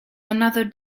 another